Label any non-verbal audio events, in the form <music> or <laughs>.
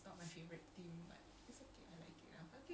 <laughs> ya betul